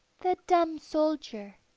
the dumb soldier